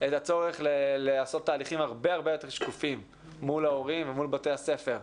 את הצורך לעשות תהליכים הרבה יותר שקופים מול ההורים ומול בתי הספר,